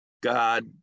God